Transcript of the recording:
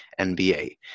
NBA